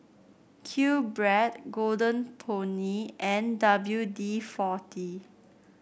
QBread Golden Peony and W D forty